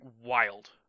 wild